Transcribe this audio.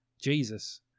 Jesus